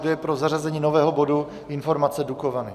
Kdo je pro zařazení nového bodu Informace Dukovany.